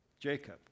Jacob